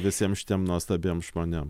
visiems šitiem nuostabiem žmonėm